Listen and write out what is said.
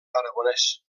aragonès